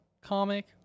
comic